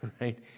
Right